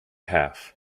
half